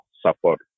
support